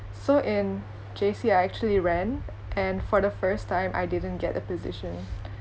so in J_C I actually ran and for the first time I didn't get the position